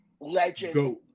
Legend